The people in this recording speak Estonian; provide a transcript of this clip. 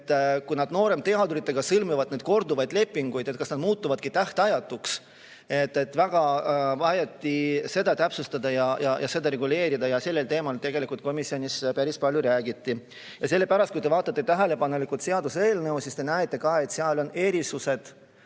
Kui nad nooremteaduritena sõlmivad korduvaid lepinguid, siis kas nad muutuvadki tähtajatuks? Väga vajati, et seda täpsustakse ja seda reguleeritakse. Sellel teemal tegelikult komisjonis päris palju räägiti. Sellepärast, kui te vaatate tähelepanelikult seaduseelnõu, siis te näete ka, et seal on erisused,